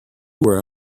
were